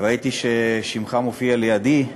ראיתי ששמך מופיע לידי,